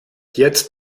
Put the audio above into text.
jetzt